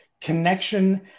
connection